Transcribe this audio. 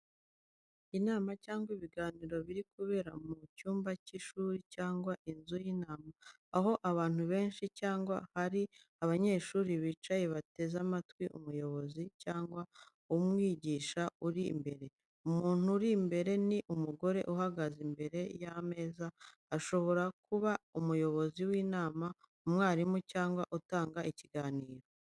Inama cyangwa ibiganiro biri kubera mu cyumba cy'ishuri cyangwa inzu y’inama, aho abantu benshi cyangwa hari abanyeshuri bicaye bateze amatwi umuyobozi cyangwa umwigisha uri imbere. Umuntu uri imbere ni umugore uhagaze imbere y’ameza, ashobora kuba umuyobozi w’inama, umwarimu cyangwa utanga ikiganiro.